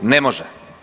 Ne može.